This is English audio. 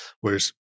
whereas